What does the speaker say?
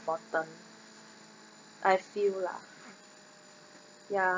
important I feel lah ya